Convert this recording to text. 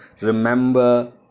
Remember